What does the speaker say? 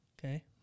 Okay